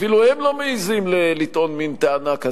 אפילו הם לא מעזים לטעון מין טענה כזו.